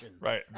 Right